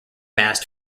mast